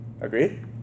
Agreed